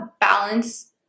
balance